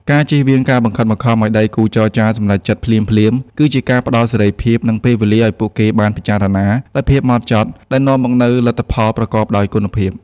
ការជៀសវាងការបង្ខំឱ្យដៃគូចរចាសម្រេចចិត្តភ្លាមៗ គឺជាការផ្តល់សេរីភាព និងពេលវេលាឱ្យពួកគេបានពិចារណាដោយភាពហ្មត់ចត់ ដែលនាំមកនូវលទ្ធផលប្រកបដោយគុណភាព។